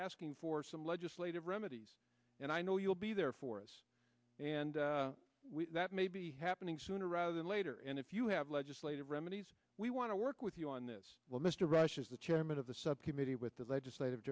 asking for some legislative remedies and i know you'll be there for us and that may be happening sooner rather than later and if you have legislative remedies we want to work with you on this well mr rush is the chairman of the subcommittee with the legislative